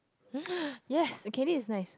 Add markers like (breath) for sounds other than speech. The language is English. (breath) yes okay this is nice